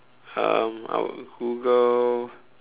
um I would Google